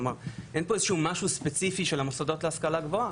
כלומר אין פה משהו ספציפי של המוסדות להשכלה גבוהה.